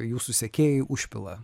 jūsų sekėjai užpila